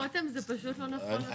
רותם, זה פשוט לא נכון.